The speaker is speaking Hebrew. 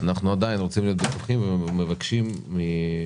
אנחנו עדיין רוצים להיות בטוחים ומבקשים מהייעוץ